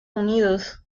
unidos